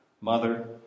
mother